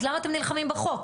אז למה אתם נלחמים בחוק?